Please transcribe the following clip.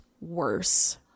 worse